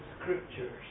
scriptures